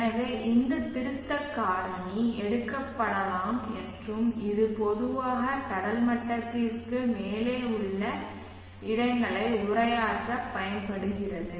எனவே இந்த திருத்தம் காரணி எடுக்கப்படலாம் மற்றும் இது பொதுவாக கடல் மட்டத்திற்கு மேலே உள்ள இடங்களை உரையாற்ற பயன்படுகிறது